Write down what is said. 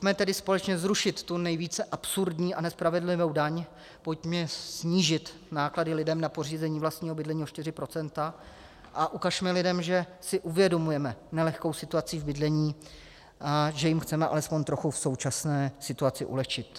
Pojďme tedy společně zrušit tu nejvíce absurdní a nespravedlivou daň, pojďme snížit náklady lidem na pořízení vlastního bydlení o 4 % a ukažme lidem, že si uvědomujeme nelehkou situaci v bydlení, že jim chceme alespoň trochu v současné situaci ulehčit.